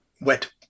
wet